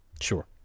Sure